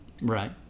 Right